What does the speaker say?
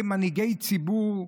כמנהיגי ציבור,